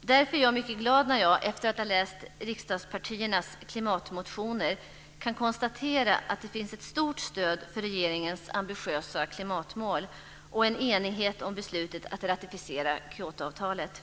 Därför är jag mycket glad när jag, efter att ha läst riksdagspartiernas klimatmotioner, kan konstatera att det finns ett stort stöd för regeringens ambitiösa klimatmål och en enighet om beslutet att ratificera Kyotoavtalet.